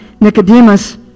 Nicodemus